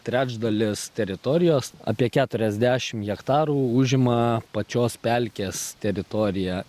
trečdalis teritorijos apie keturiasdešim hektarų užima pačios pelkės teritorija